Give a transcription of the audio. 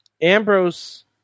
ambrose